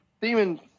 demon